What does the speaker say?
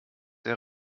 der